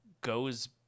goes